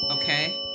Okay